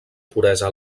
puresa